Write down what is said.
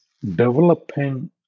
developing